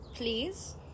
Please